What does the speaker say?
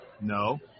No